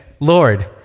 Lord